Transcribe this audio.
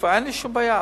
אין לי שום בעיה.